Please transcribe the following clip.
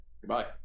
Goodbye